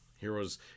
Heroes